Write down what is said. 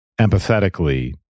empathetically